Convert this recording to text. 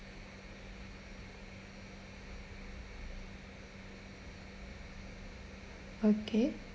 okay